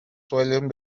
suelen